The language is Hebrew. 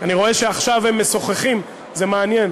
אני רואה שעכשיו הם משוחחים, זה מעניין,